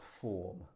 form